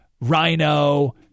rhino